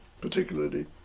particularly